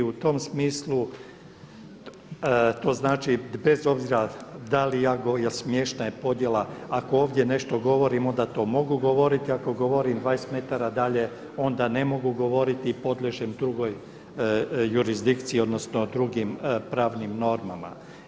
I u tom smislu to znači bez obzira jel smiješna je podjela ako ovdje nešto govorim onda to mogu govoriti, ako govorim 20 metara dalje onda ne mogu govoriti i podliježem drugoj jurisdikciji odnosno drugim pravnim normama.